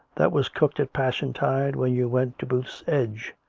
that was cooked at passiontide when you went to booth's edge.